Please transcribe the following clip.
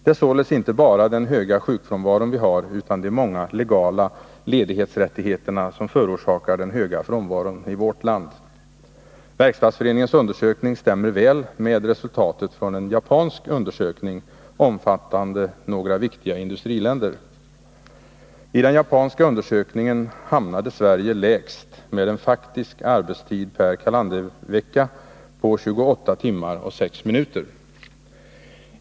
Det är således inte bara den höga sjukfrånvaron vi har utan de många legala ledighetsrättigheterna som förorsakar den höga frånvaron i vårt land. Verkstadsföreningens undersökning stämmer väl med resultatet från en japansk undersökning omfattande några viktiga industriländer. I den japanska undersökningen hamnade Sverige lägst med en faktisk arbetstid per kalendervecka på 28 timmar och 6 minuter.